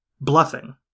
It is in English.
Bluffing